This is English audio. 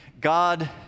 God